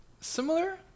Similar